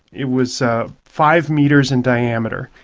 it was five metres in diameter,